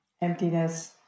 Emptiness